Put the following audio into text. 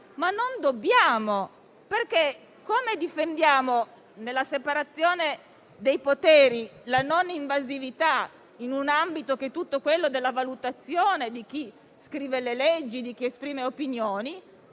ma non dobbiamo. Come difendiamo, nella separazione dei poteri, la non invasività in un ambito che è quello della valutazione di chi scrive le leggi e di chi esprime opinioni,